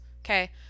Okay